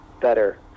better